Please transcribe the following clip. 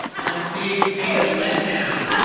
and ah big data letdown.